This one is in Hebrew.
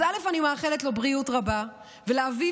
אז אני מאחלת בריאות רבה לו ולאביו,